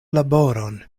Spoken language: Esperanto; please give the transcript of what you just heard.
laboron